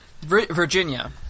Virginia